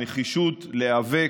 הנחישות להיאבק,